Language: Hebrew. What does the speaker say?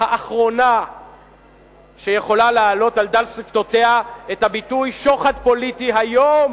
האחרונה שיכולה להעלות על דל שפתותיה את הביטוי "שוחד פוליטי" היום,